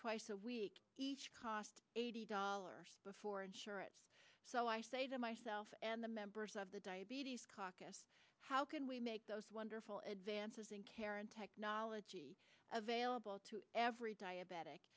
twice a week each cost eighty dollars before insurance so i say that myself and the members of the diabetes caucus how can we make those wonderful advances in care and technology available to every diabetic